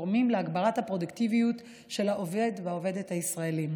התורמים להגברת הפרודוקטיביות של העובד והעובדת הישראלים,